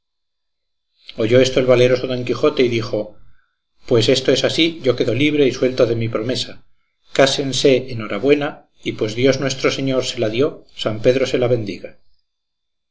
oyó esto el valeroso don quijote y dijo pues esto así es yo quedo libre y suelto de mi promesa cásense en hora buena y pues dios nuestro señor se la dio san pedro se la bendiga